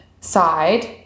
side